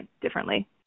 differently